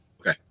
okay